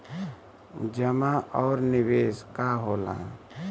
जमा और निवेश का होला?